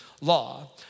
law